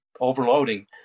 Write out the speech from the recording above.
Overloading